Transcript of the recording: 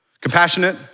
Compassionate